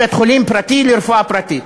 בית-חולים פרטי לרפואה פרטית.